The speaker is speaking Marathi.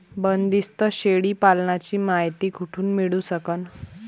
बंदीस्त शेळी पालनाची मायती कुठून मिळू सकन?